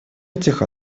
этих